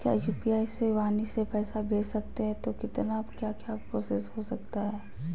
क्या यू.पी.आई से वाणी से पैसा भेज सकते हैं तो कितना क्या क्या प्रोसेस हो सकता है?